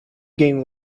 game